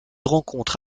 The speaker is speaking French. rencontre